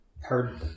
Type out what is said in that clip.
heard